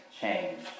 change